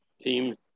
team